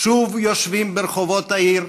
שוב יושבים ברחובות העיר,